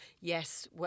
yes